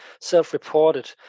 self-reported